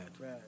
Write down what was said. right